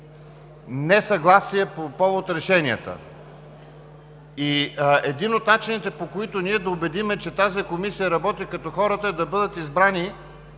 несъгласия по повод решенията ѝ. Един от начините, по които можем да се убедим, че тази комисия работи като хората, е да бъдат избрани